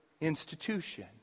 institution